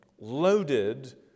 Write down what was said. loaded